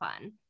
fun